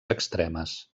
extremes